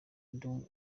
ndi